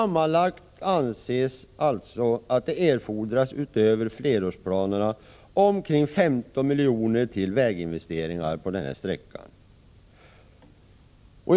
Man anser alltså att det sammanlagt erfordras omkring 15 miljoner till väginvesteringar på denna sträcka utöver flerårsplanerna.